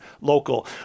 local